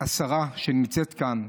השרה שנמצאת כאן,